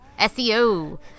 SEO